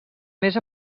més